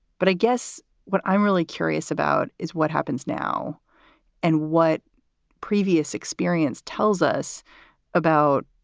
but i guess what i'm really curious about is what happens now and what previous experience tells us about.